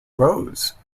rose